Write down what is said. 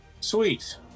Sweet